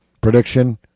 Prediction